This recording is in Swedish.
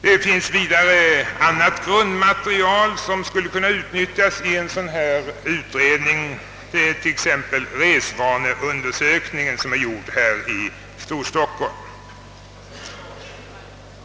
Det finns även annat grundmaterial som skulle kunna utnyttjas i en sådan här utredning, t.ex. resvaneundersökningen som är gjord här i Storstockholm.